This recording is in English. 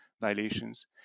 violations